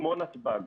כמו נתב"ג.